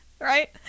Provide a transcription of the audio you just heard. Right